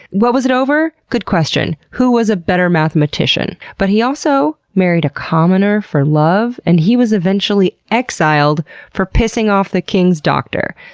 what was it over? good question. who was a better mathematician? but he also married a commoner for love and he was eventually exiled for pissing off the king's doctor.